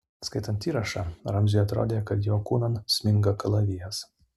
skaitant įrašą ramziui atrodė kad jo kūnan sminga kalavijas